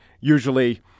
usually